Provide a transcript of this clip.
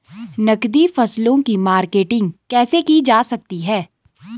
नकदी फसलों की मार्केटिंग कैसे की जा सकती है?